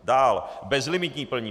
Dál bezlimitní plnění.